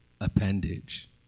appendage